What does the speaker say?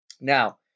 Now